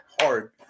hard